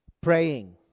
praying